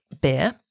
beer